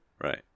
Right